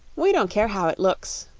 we don't care how it looks,